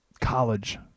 college